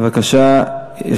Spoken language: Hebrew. בבקשה.